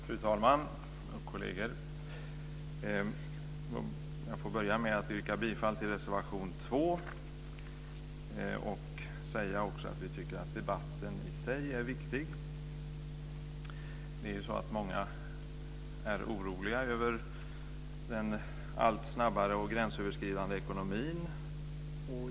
Fru talman! Kolleger! Jag börjar med att yrka bifall till reservation 2. Jag vill också säga att vi tycker att debatten i sig är viktig. Många är oroliga över den allt snabbare och gränsöverskridande ekonomin.